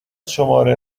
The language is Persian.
شماره